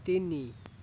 ତିନି